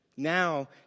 Now